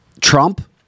Trump